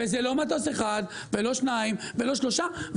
וזה לא מטוס אחד ולא שניים ולא שלושה,